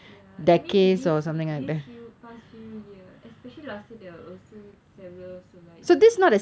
ya I mean this ye~ this few past few year especially last year there were also several like